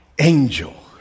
angel